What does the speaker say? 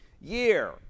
year